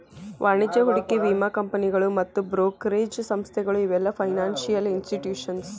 ವಾಣಿಜ್ಯ ಹೂಡಿಕೆ ವಿಮಾ ಕಂಪನಿಗಳು ಮತ್ತ್ ಬ್ರೋಕರೇಜ್ ಸಂಸ್ಥೆಗಳು ಇವೆಲ್ಲ ಫೈನಾನ್ಸಿಯಲ್ ಇನ್ಸ್ಟಿಟ್ಯೂಷನ್ಸ್